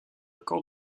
camp